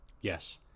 Yes